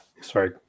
sorry